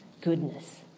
goodness